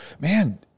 man